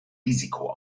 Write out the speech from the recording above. risiko